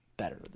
Better